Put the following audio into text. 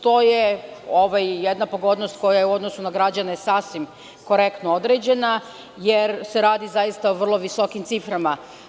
To je jedna pogodnost koja je u odnosu na građane sasvim korektno određena, jer se radi o zaista vrlo visokim ciframa.